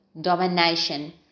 domination